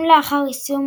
אם לאחר יישום